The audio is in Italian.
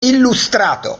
illustrato